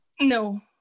No